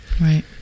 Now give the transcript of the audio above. Right